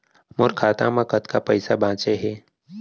मोर खाता मा कतका पइसा बांचे हे?